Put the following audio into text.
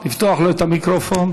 לפתוח לו את המיקרופון.